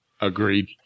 Agreed